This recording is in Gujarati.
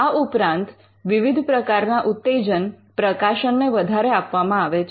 આ ઉપરાંત વિવિધ પ્રકારના ઉત્તેજન પ્રકાશન ને વધારે આપવામાં આવે છે